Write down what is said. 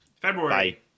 February